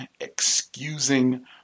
excusing